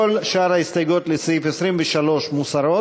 כל שאר ההסתייגויות לסעיף 23 מוסרות,